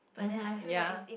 mmhmm ya